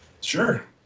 Sure